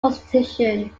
constitution